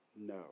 No